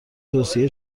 توصیه